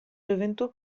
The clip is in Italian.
gioventù